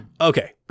okay